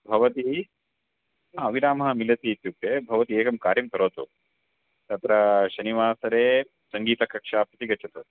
भवतीं ह विरामः मिलति इत्युक्ते भवती एकं कार्यं करोतु तत्र शनिवासरे सङ्गीतकक्षां प्रति गच्छतु